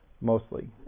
mostly